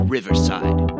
Riverside